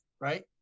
right